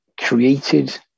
created